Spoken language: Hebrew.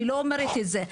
אני לא אומרת את זה.